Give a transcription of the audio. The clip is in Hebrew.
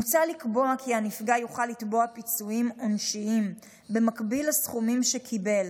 מוצע לקבוע כי הנפגע יוכל לתבוע פיצויים עונשיים במקביל לסכומים שקיבל